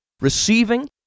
receiving